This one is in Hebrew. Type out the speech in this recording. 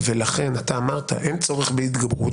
ולכן אתה אמרת, אין צורך בהתגברות.